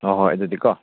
ꯍꯣꯏ ꯍꯣꯏ ꯑꯗꯨꯗꯤꯀꯣ